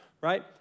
right